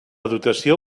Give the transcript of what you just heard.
dotació